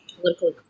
political